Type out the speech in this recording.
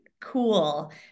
cool